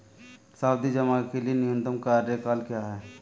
सावधि जमा के लिए न्यूनतम कार्यकाल क्या है?